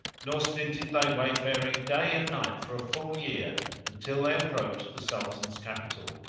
nor stinted they wayfaring day and night for a full year until they approached the sultan's capital,